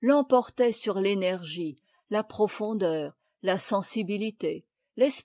l'emportait sur l'énergie la profondeur la sensibilité